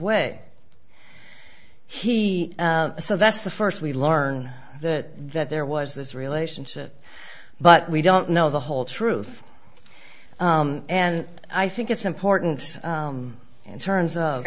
way he so that's the first we learn that that there was this relationship but we don't know the whole truth and i think it's important in terms of